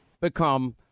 become